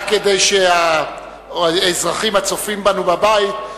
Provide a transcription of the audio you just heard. רק כדי שהאזרחים הצופים בנו בבית,